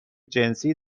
جنسی